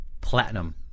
Platinum